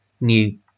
new